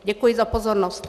Děkuji za pozornost.